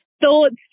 Thoughts